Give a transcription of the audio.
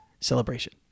celebration